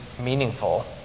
meaningful